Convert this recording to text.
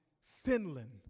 Finland